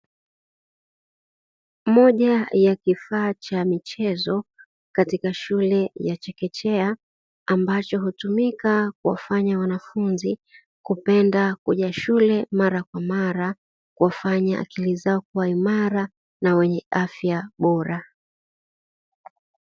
Moja ya Kifaa cha michezo katika shule ya chekechea, ambacho hutumika kuwafanya wanafunzi kupenda kuja shule mara kwa mara. Kuwafanya akili zao kuwa imara na wenye afya bora.